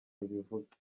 ribivuga